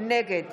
נגד